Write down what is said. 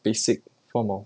basic form of